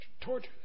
torture